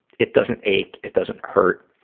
it doesn't ache. it doesn't hurt.